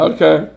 Okay